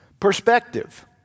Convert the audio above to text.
Perspective